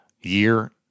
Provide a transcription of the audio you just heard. year